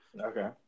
okay